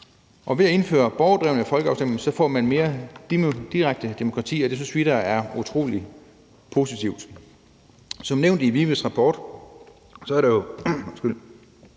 og ved at indføre borgerdrevne folkeafstemninger får man mere direkte demokrati, og det synes vi da er utrolig positivt. Som nævnt i VIVE's rapport er der flere